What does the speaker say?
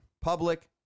Public